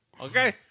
Okay